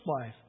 life